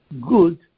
Good